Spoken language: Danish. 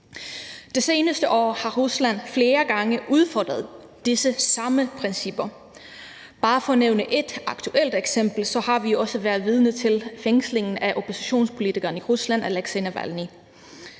Det seneste år har Rusland flere gange udfordret disse samme principper. Bare for at nævne ét aktuelt eksempel har vi været vidne til fængslingen af oppositionspolitikeren Aleksej Navalnyj